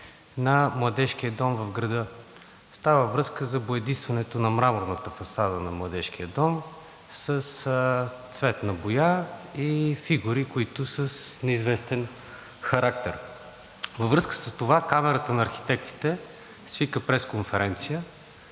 на Младежкия дом в града. Става въпрос за боядисването на мраморната фасада на Младежкия дом с цветна боя и фигури, които са с неизвестен характер. Във връзка с това Камарата на архитектите свика пресконференция,